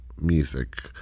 music